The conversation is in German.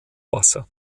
wasser